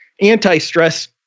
anti-stress